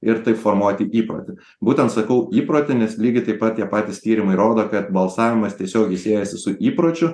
ir taip formuoti įprotį būtent sakau įprotį nes lygiai taip pat tie patys tyrimai rodo kad balsavimas tiesiogiai siejasi su įpročiu